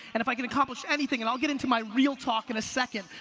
and if i can accomplish anything, and i'll get into my real talk in a second,